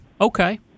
okay